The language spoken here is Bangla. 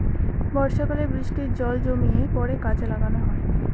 বর্ষাকালে বৃষ্টির জল জমিয়ে পরে কাজে লাগানো হয়